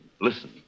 Listen